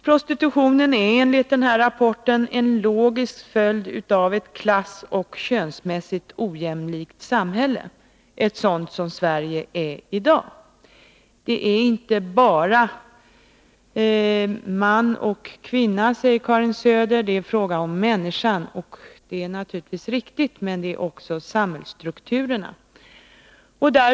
Prostitutionen är enligt denna rapport en logisk följd av ett klassoch könsmässigt ojämlikt samhälle, ett sådant som Sverige är i dag. Det är inte bara fråga om man eller kvinna, sade Karin Söder, utan det är fråga om människan. Det är naturligtvis riktigt, men det är också fråga om samhällsstrukturerna.